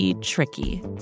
tricky